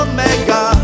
Omega